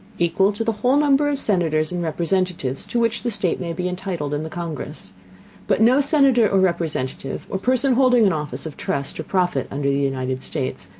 equal to the whole number of senators and representatives to which the state may be entitled in the congress but no senator or representative, or person holding an office of trust or profit under the united states,